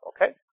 Okay